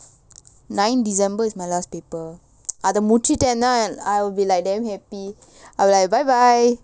nine december is my last paper அத முடிச்சிட்டேன்னா:atha mudichittaennaa I'll be like damn happy I'll be like bye bye